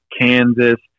Kansas